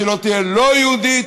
שלא תהיה לא יהודית